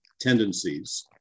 tendencies